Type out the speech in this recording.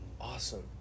Awesome